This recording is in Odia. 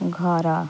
ଘର